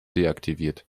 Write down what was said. deaktiviert